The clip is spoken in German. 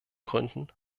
gründen